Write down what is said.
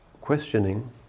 questioning